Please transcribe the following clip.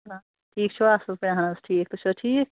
آ ٹھیٖک چھِوا اصٕل پٲٹھۍ اہَن حظ ٹھیٖک تُہۍ چھُو ٹھیٖک